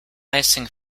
icing